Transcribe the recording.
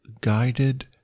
guided